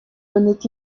donnait